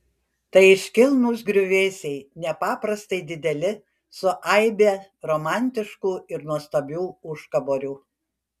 tai iškilnūs griuvėsiai nepaprastai dideli su aibe romantiškų ir nuostabių užkaborių